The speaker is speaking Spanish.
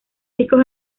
discos